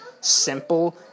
Simple